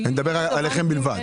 אני מדבר עליכם בלבד.